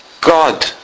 God